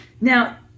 Now